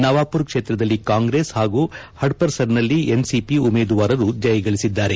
ನವಾಪುರ್ ಕ್ಷೇತ್ರದಲ್ಲಿ ಕಾಂಗ್ರೆಸ್ ಹಾಗೂ ಹಡಪ್ಸರ್ನಲ್ಲಿ ಎನ್ಸಿಪಿ ಉಮೇದುರಾರರು ಜಯಗಳಿಸಿದ್ದಾರೆ